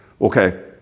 okay